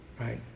right